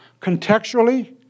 Contextually